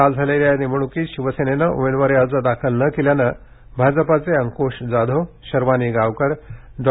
काल झालेल्या या निवडणुकीत शिवसेनेनं उमेदवारी अर्ज दाखल न केल्यानं भाजपाचे अंकूश जाधव शर्वानी गावकर डॉ